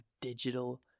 digital